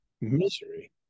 Misery